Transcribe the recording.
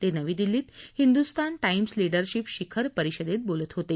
ते नवी दिल्लीत हिंदुस्तान टाईम्स लीडरशिप शिखर परिषदेत बोलत होते